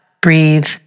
breathe